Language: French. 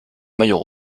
maillot